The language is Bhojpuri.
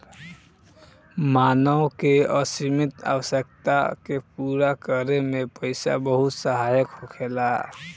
मानव के असीमित आवश्यकता के पूरा करे में पईसा बहुत सहायक होखेला